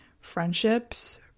friendships